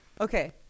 Okay